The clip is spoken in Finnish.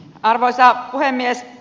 arvoisa puhemies